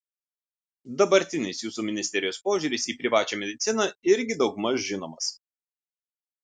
dabartinis jūsų ministerijos požiūris į privačią mediciną irgi daugmaž žinomas